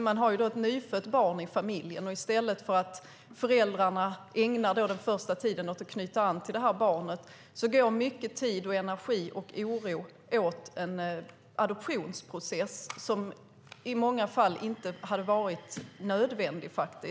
Man har ett nyfött barn i familjen, och i stället för att föräldrarna ägnar den första tiden åt att knyta an till barnet går mycket tid, energi och oro åt till en adoptionsprocess som i många fall inte hade varit nödvändig.